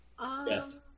Yes